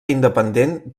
independent